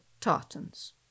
Tartans